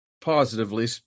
positively